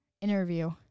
Interview